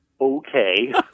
okay